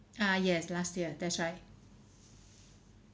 ah yes last year that's right